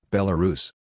Belarus